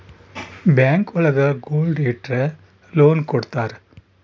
bank ಒಳಗ gold ಇಟ್ರ loan ಕೊಡ್ತಾರ